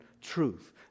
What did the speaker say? truth